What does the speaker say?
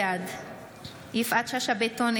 בעד יפעת שאשא ביטון,